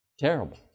Terrible